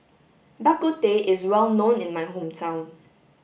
bak kut teh is well known in my hometown